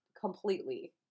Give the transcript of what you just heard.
completely